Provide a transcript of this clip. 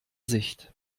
sicht